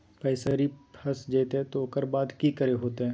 पैसा भेजे घरी फस जयते तो ओकर बाद की करे होते?